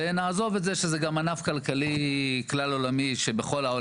ונעזוב את זה שזה גם ענף כלכלי כלל עולמי שבכל העולם